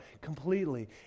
completely